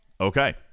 okay